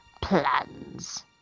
plans